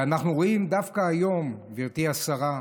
ואנחנו רואים דווקא היום, גברתי השרה,